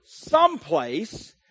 someplace